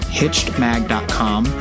hitchedmag.com